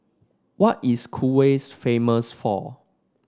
what is Kuwait famous for